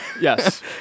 Yes